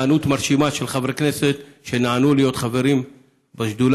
היענות מרשימה של חברי כנסת שנענו להיות חברים בשדולה.